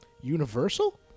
Universal